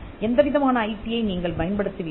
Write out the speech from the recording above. எந்தவிதமான ஐபியை நீங்கள் பயன்படுத்துவீர்கள்